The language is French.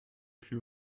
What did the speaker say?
plus